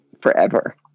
forever